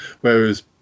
Whereas